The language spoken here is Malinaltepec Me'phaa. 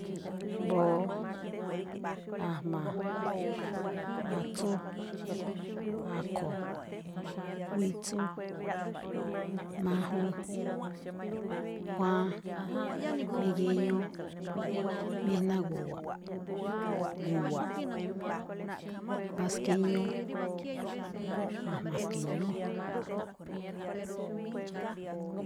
Mbóó, a̱jma̱, atsú, akho̱, witsu, majun, juwan, migiñu, mijnagu̱wa̱, gu̱wa̱ꞌ, mbá skíñú, a̱jma̱ ski̱ñú.